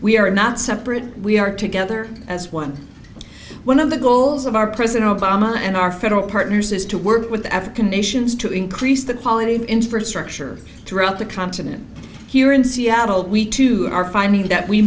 we are not separate we are together as one one of the goals of our president obama and our federal partners is to work with the african nations to increase the quality of infrastructure throughout the continent here in seattle we too are finding that we